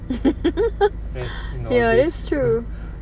kan nowadays mm